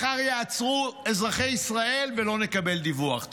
מחר ייעצרו אזרחי ישראל ולא נקבל דיווח.